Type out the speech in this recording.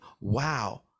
wow